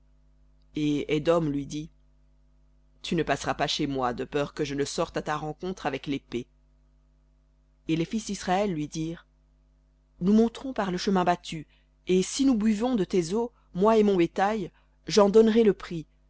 et édom lui dit tu ne passeras pas chez moi de peur que je ne sorte à ta rencontre avec lépée et les fils d'israël lui dirent nous monterons par le chemin battu et si nous buvons de tes eaux moi et mon bétail j'en donnerai le prix